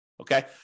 okay